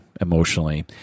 emotionally